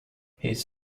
his